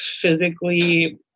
physically